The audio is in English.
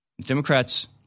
Democrats